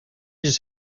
just